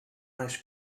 ice